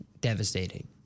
Devastating